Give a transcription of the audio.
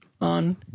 on